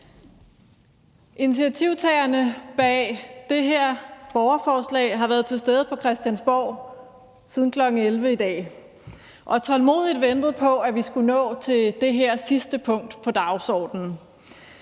Initiativtagerne bag det her borgerforslag har været til stede på Christiansborg siden kl. 11 i dag og tålmodigt ventet på, at vi skulle nå til det her sidste punkt på dagsordenen.